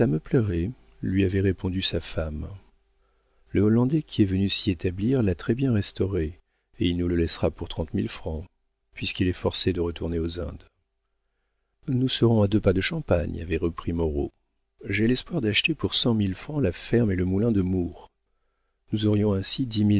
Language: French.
lui avait répondu sa femme le hollandais qui est venu s'y établir l'a très bien restauré et il nous le laissera pour trente mille francs puisqu'il est forcé de retourner aux indes nous serons à deux pas de champagne avait repris moreau j'ai l'espoir d'acheter pour cent mille francs la ferme et le moulin de mours nous aurions ainsi dix